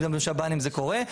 גם בשב"נים זה קורה,